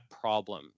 problem